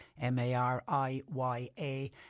M-A-R-I-Y-A